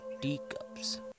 teacups